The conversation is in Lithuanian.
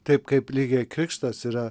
taip kaip lygiai krikštas yra